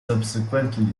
subsequently